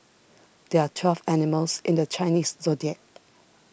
there are twelve animals in the Chinese zodiac